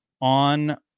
On